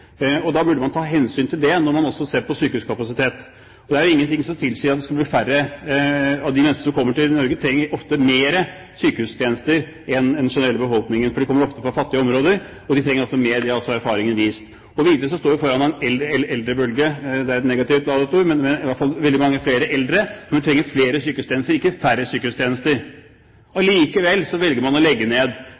ingenting som tilsier at det vil bli færre. Og de menneskene som kommer til Norge, trenger ofte flere sykehustjenester enn den generelle befolkningen, for de kommer ofte fra fattige områder, og de trenger altså mer. Det har også erfaringen vist. Videre står vi foran en eldrebølge – det er et negativt ladet ord, men i hvert fall veldig mange flere eldre, som vil trenge flere sykehustjenester og ikke færre sykehustjenester. Allikevel velger man å legge ned